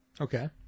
Okay